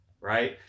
right